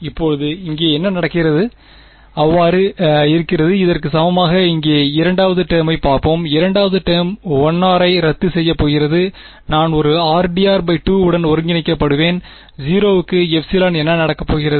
இப்போது இங்கே என்ன நடக்கிறது அவ்வாறு இருக்கிறது இதற்கு சமமாக இங்கே இரண்டாவது டெர்மை பார்ப்போம் இரண்டாவது டேர்ம் 1 r ஐ ரத்து செய்யப் போகிறது நான் ஒரு r dr2 உடன் ஒருங்கிணைக்கப்படுவேன் 0 க்கு ε என்ன நடக்கப்போகிறது